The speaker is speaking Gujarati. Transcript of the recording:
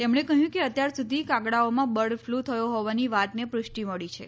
તેમણે કહ્યું કે અત્યાર સુધી કાગડાંઓમાં બર્ડ ફલુ થયો હોવાની વાતને પુષ્ટી મળી છે